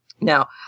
Now